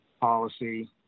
policy